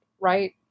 right